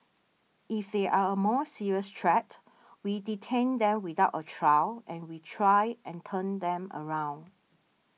if they are a more serious threat we detain them without trial and we try and turn them around